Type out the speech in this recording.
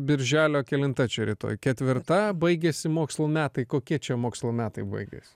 birželio kelinta čia rytoj ketvirta baigiasi mokslų metai kokie čia mokslo metai baigėsi